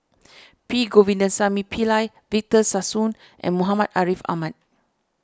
P Govindasamy Pillai Victor Sassoon and Muhammad Ariff Ahmad